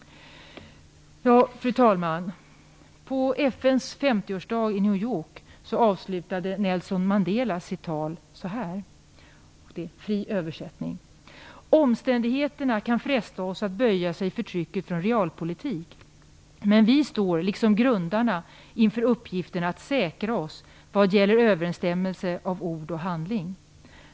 Fru talman! På FN:s 50-årsdag i New York avslutade Nelson Mandela sitt tal så här, i fri översättning: Omständigheterna kan fresta oss att böja oss för trycket av realpolitik. Men vi står, liksom grundarna, inför uppgiften att säkra oss när det gäller överensstämmelse mellan ord och handling.